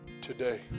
today